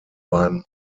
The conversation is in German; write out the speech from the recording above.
beim